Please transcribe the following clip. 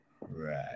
right